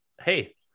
hey